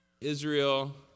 Israel